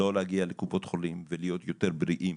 לא להגיע לקופות חולים ולהיות יותר בריאים,